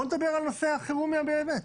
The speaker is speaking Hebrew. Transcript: בוא נדבר על נושא החירום באמת.